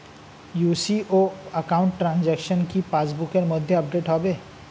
UCO account transaction কি pass বুকের মধ্যে আপডেট হবে?